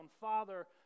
father